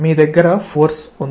మీ దగ్గర ఫోర్స్ ఉంది